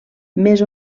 més